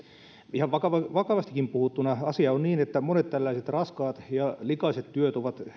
ihan vakavastikin puhuttuna asia on niin että monet tällaiset raskaat ja likaiset työt ovat